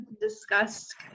discussed